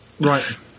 Right